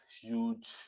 huge